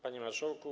Panie Marszałku!